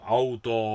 auto